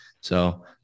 So-